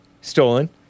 stolen